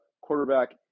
quarterback